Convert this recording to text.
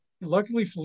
luckily